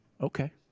Okay